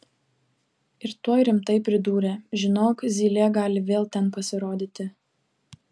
ir tuoj rimtai pridūrė žinok zylė gali vėl ten pasirodyti